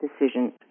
decision